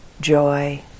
joy